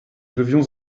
devions